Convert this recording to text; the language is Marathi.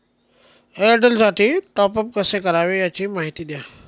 एअरटेलसाठी टॉपअप कसे करावे? याची माहिती द्या